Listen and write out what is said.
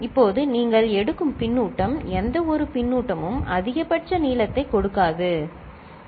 இப்போது நீங்கள் எடுக்கும் பின்னூட்டம் எந்தவொரு பின்னூட்டமும் அதிகபட்ச நீளத்தைக் கொடுக்காது சரி